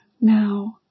now